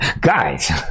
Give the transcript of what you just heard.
Guys